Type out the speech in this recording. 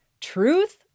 truth